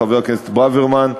חבר הכנסת ברוורמן,